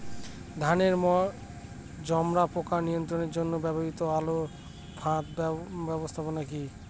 ধানের মাজরা পোকা নিয়ন্ত্রণের জন্য ব্যবহৃত আলোক ফাঁদ ব্যবস্থাপনা কি?